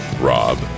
Rob